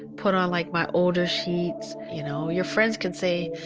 put on, like, my older sheets you know, your friends can say,